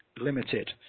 limited